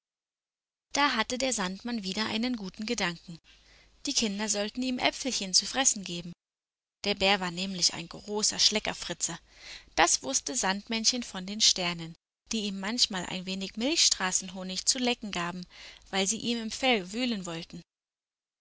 da hatte der sandmann wieder einen guten gedanken die kinder sollten ihm äpfelchen zu fressen geben der bär war nämlich ein großer schleckerfritze das wußte sandmännchen von den sternen die ihm manchmal ein wenig milchstraßenhonig zu lecken gaben wenn sie ihm im fell wühlen wollten